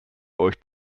euch